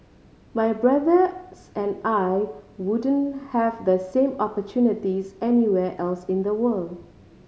my brothers and I wouldn't have the same opportunities anywhere else in the world